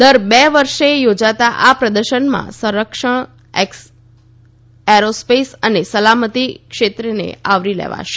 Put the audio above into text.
દર બે વર્ષે યોજાતા આ પ્રર્દશનમાં સંરક્ષણ એરોસ્પેસ અને સલામતી ક્ષેત્રેને આવરી લેવાશે